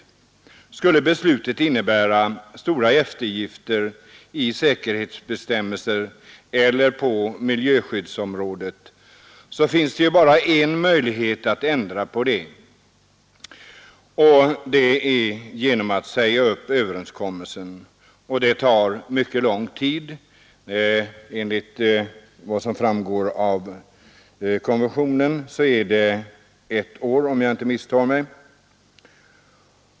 Skulle beslutet innebära eftergifter när det gäller säkerhetsbestämmelser eller på miljöskyddsområdet finns bara en möjlighet att ändra på detta, och det är att säga upp överenskommelsen. Detta tar mycket lång tid. Enligt vad som framgår av konventionen är det ett år, om jag inte misstar mig.